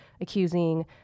accusing